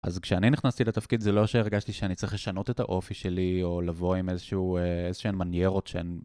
אז כשאני נכנסתי לתפקיד זה לא שהרגשתי שאני צריך לשנות את האופי שלי, או לבוא עם איזשהו מניירות שהן...